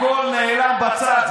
הכול נעלם בצד.